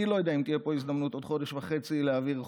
אני לא יודע אם תהיה פה הזדמנות עוד חודש וחצי להעביר חוק.